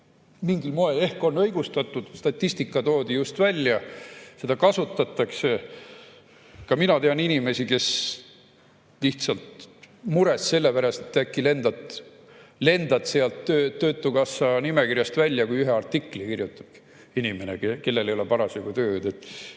mingil moel ehk ennast õigustanud, statistika toodi just välja, seda kasutatakse. Ka mina tean inimesi, kes lihtsalt murest sellepärast, et äkki lendavad sealt töötukassa nimekirjast välja, kui ühe artikli kirjutavad, [loobuvad sellest